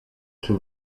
czy